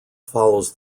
follows